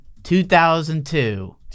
2002